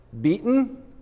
Beaten